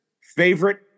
favorite